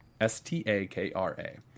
S-T-A-K-R-A